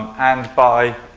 and by